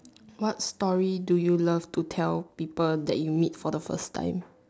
what story do you love to tell people that you meet for the first time